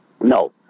no